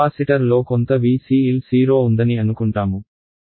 కెపాసిటర్లో కొంత Vcl 0 ఉందని అనుకుంటాము